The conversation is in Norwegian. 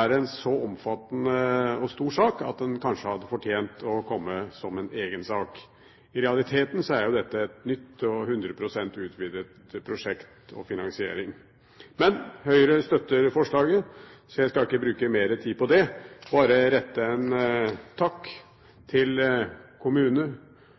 er så omfattende og stort at det kanskje hadde fortjent å komme som egen sak. I realiteten er jo dette et nytt og 100 pst. utvidet prosjekt – og finansiering. Men Høyre støtter forslaget, så jeg skal ikke bruke mer tid på det – bare rette en takk til